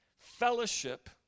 fellowship